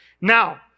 Now